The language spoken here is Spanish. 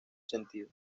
sentido